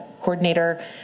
coordinator